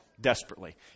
desperately